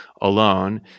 alone